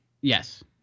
Yes